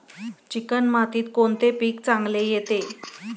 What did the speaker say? Chicken मातीत कोणते पीक चांगले येते?